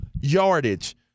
yardage